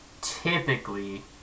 typically